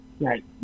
Right